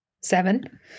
Seven